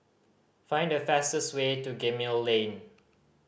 find the fastest way to Gemmill Lane